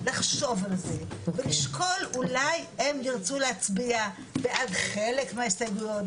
לחשוב על זה ולשקול אולי הם ירצו להצביע בעד חלק מההסתייגויות,